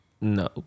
No